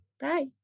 Bye